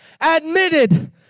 admitted